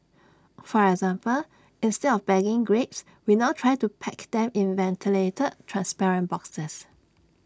for example instead of bagging grapes we now try to pack them in ventilated transparent boxes